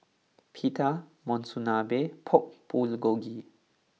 Pita Monsunabe and Pork Bulgogi